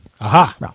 Aha